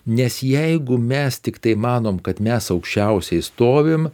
nes jeigu mes tiktai manom kad mes aukščiausiai stovim